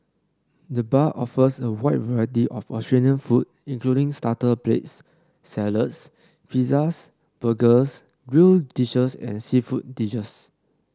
the bar offers a wide variety of Australian food including starter plates salads pizzas burgers grill dishes and seafood dishes